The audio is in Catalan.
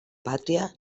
pàtria